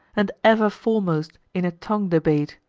and ever foremost in a tongue-debate,